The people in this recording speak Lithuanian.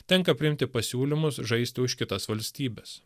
tenka priimti pasiūlymus žaisti už kitas valstybes